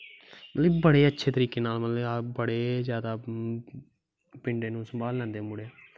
एह् बड़े अच्चे तरीके नाल मतलव बड़े पिंडे नू सम्भाली लैंदे मुड़े